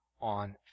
on